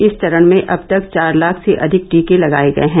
इस चरण में अब तक चार लाख से अधिक टीके लगाए गए हैं